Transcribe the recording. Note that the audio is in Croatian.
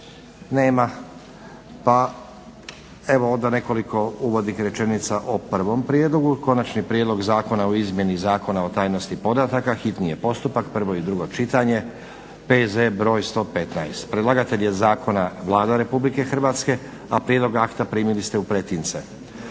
Nema. Pa evo onda nekoliko uvodnih rečenica o prvom prijedlogu, Konačni prijedlog zakona o izmjeni Zakona o tajnosti podataka, hitni postupak, prvo i drugo čitanje, PZ br. 115. Predlagatelj zakona je Vlada Republike Hrvatske. Prijedlog akta primili ste u pretince.